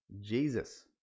Jesus